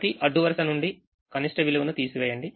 ప్రతి అడ్డు వరుస నుండి కనిష్ట విలువను తీసివేయండి